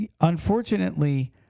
Unfortunately